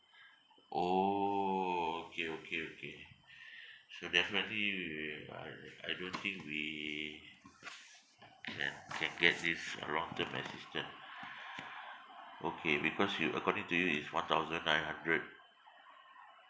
orh okay okay okay so definitely we are I don't think we can can get this long term assistance okay because you according to you is one thousand nine hundred